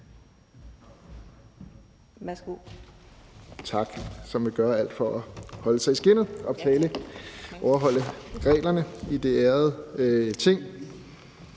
Værsgo.